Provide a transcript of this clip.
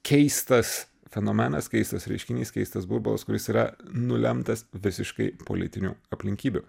keistas fenomenas keistas reiškinys keistas burbulas kuris yra nulemtas visiškai politinių aplinkybių